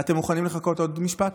אתם מוכנים לחכות עוד משפט?